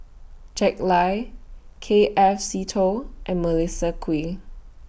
Jack Lai K F Seetoh and Melissa Kwee